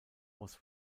was